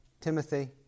timothy